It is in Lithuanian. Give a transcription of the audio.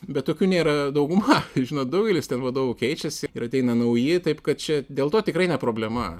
bet tokių nėra dauguma žinot daugelis ten vadovų keičiasi ir ateina nauji taip kad čia dėl to tikrai ne problema